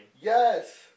Yes